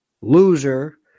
loser